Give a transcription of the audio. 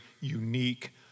unique